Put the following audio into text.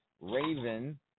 Raven